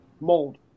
mold